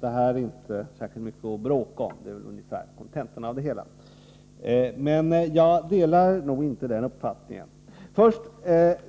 detta inte är särskilt mycket att bråka om -— det är ungefär kontentan av det hela. Men jag delar nog inte den uppfattningen.